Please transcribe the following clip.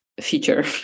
feature